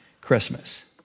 Christmas